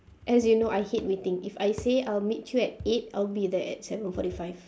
as you know I hate waiting if I say I'll meet you at eight I'll be there at seven forty five